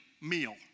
meal